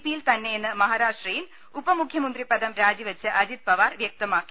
പിയിൽ തന്നെയെന്ന് മഹാരാഷ്ട്രയിൽ ഉപമു ഖ്യമന്ത്രി പദം രാജിവെച്ച അജിത് പവാർ വ്യക്തമാക്കി